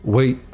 Wait